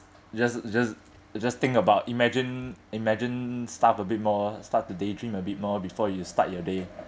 just just just think about imagine imagine stuff a bit more start to daydream a bit more before you start your day